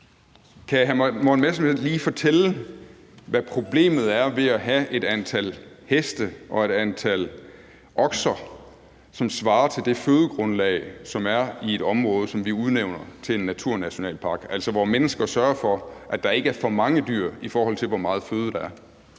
Kan hr. Morten Messerschmidt lige fortælle, hvad problemet er ved at have et antal heste og okser, som svarer til det fødegrundlag, som er i et område, som vi udnævner til en naturnationalpark, altså hvor mennesker sørger for, at der ikke er for mange dyr, i forhold til hvor meget føde der er?